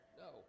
no